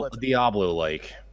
Diablo-like